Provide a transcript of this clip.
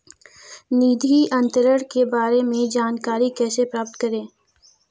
निधि अंतरण के बारे में जानकारी कैसे प्राप्त करें?